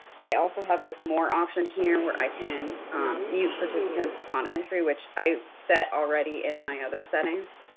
i also have this more option here, where i can mute participants upon entry, which i set already in my other settings,